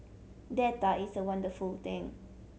data is a wonderful thing